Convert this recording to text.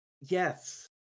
Yes